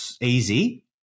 easy